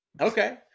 okay